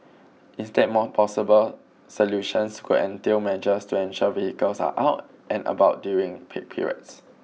instead more plausible solutions could entail measures to ensure vehicles are out and about during peak periods